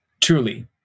truly